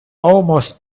almost